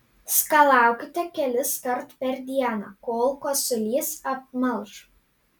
skalaukite keliskart per dieną kol kosulys apmalš